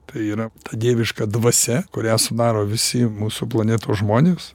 tai yra dieviška dvasia kurią sudaro visi mūsų planetos žmonės